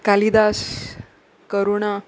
Kalidas Karuna